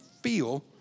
feel